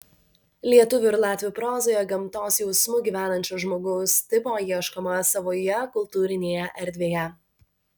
lietuvių ir latvių prozoje gamtos jausmu gyvenančio žmogaus tipo ieškoma savoje kultūrinėje erdvėje